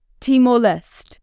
Timor-Leste